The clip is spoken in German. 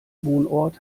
wohnort